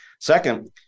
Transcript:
Second